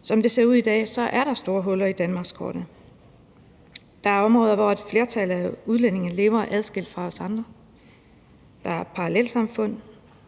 Som det ser ud i dag, er der store huller i danmarkskortet. Der er områder, hvor et flertal af udlændinge lever adskilt fra os andre; der er parallelsamfund,